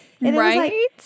Right